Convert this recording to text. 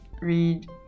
read